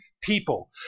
people